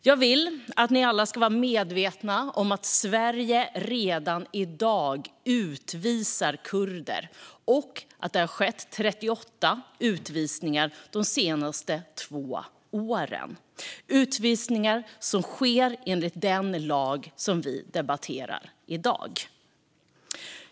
Jag vill att ni alla ska vara medvetna om att Sverige redan i dag utvisar kurder och att det har skett 38 utvisningar de senaste två åren. Dessa utvisningar har skett enligt den lag som vi debatterar i dag.